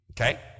okay